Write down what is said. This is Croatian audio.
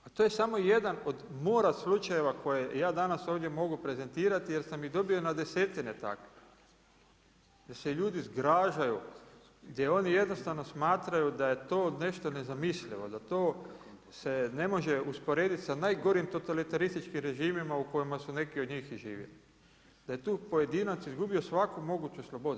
A to je samo jedan od mora slučajeva koje ja danas ovdje mogu prezentirati jer sam ih dobio na desetine takvih, gdje se ljudi zgražaju, gdje oni jednostavno smatraju da je to nešto nezamislivo, da to se ne može usporedit sa najgorim totalitarističkim režima u kojima su neki od njih i živjeli, da je tu pojedinac izgubio svaku moguću slobodu.